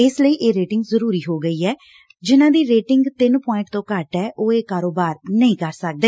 ਇਸ ਲਈ ਇਹ ਰੇਟਿੰਗ ਜ਼ਰੂਰੀ ਹੋ ਗਈ ਐ ਜਿਨਾਂ ਦੀ ਰੇਟਿੰਗ ਤਿੰਨ ਪੁਆਇੰਟ ਤੋਂ ਘੱਟ ਐ ਉਹ ਇਹ ਕਾਰੋਬਾਰ ਨਹੀਂ ਕਰ ਸਕਦੇ